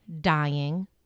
dying